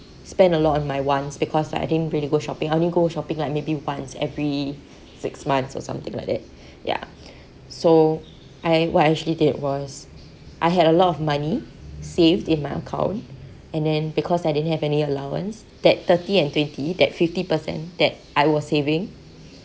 spend a lot on my wants because I didn't really go shopping I only go shopping like maybe once every six months or something like that ya so I what I actually did was I had a lot of money saved in my account and then because I didn't have any allowance that thirty and twenty that fifty per cent that I was saving